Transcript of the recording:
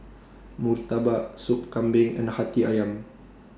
Murtabak Sup Kambing and Hati Ayam